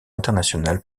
internationales